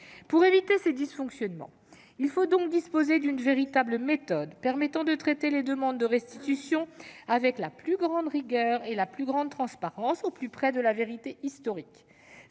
Pour éviter ces dysfonctionnements, il faut disposer d'une véritable méthode permettant de traiter les demandes de restitution avec la plus grande rigueur et la plus grande transparence, au plus près de la vérité historique.